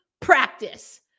practice